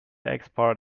export